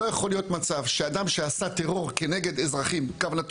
שלא יכול להיות מצב שאדם שעשה טרור כנגד אזרחים/חיילים,